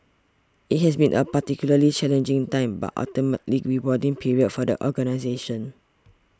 it has been a particularly challenging time but ultimately rewarding period for the organisation